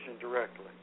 directly